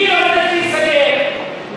"פרי הגליל" הולך להיסגר,